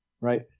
right